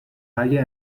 اگه